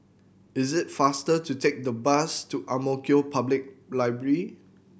is it faster to take the bus to Ang Mo Kio Public Library